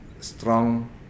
strong